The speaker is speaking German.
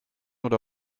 oder